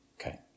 Okay